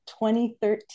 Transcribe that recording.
2013